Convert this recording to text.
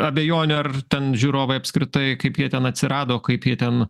abejonė ar ten žiūrovai apskritai kaip jie ten atsirado kaip jie ten